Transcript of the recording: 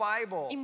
Bible